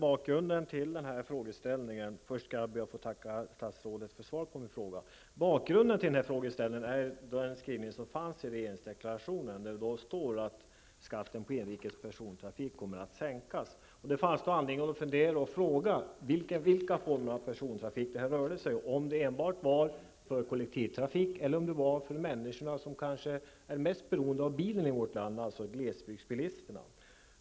Fru talman! Jag ber att få tacka statsrådet för svaret på min fråga. Bakgrunden till frågan är den skrivning som finns i regeringsdeklarationen, där det står att skatten på inrikes persontrafik kommer att sänkas. Det finns då anledning att fråga vilka former av persontrafik det här rör sig om. Rör det sig enbart om kollektivtrafik eller trafik för de människor som är mest beroende av bilen i vårt land, dvs.